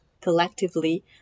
collectively